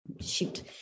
shoot